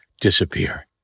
disappear